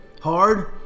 hard